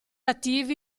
attivi